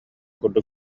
курдук